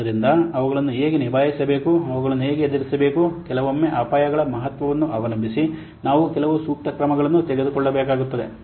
ಆದ್ದರಿಂದ ಅವುಗಳನ್ನು ಹೇಗೆ ನಿಭಾಯಿಸಬೇಕು ಅವುಗಳನ್ನು ಹೇಗೆ ಎದುರಿಸಬೇಕು ಕೆಲವೊಮ್ಮೆ ಅಪಾಯಗಳ ಮಹತ್ವವನ್ನು ಅವಲಂಬಿಸಿ ನಾವು ಕೆಲವು ಸೂಕ್ತ ಕ್ರಮಗಳನ್ನು ತೆಗೆದುಕೊಳ್ಳಬೇಕಾಗುತ್ತದೆ